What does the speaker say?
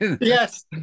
yes